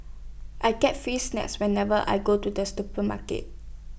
I get free snacks whenever I go to the supermarket